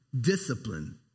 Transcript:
discipline